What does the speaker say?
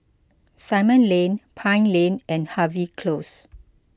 Simon Lane Pine Lane and Harvey Close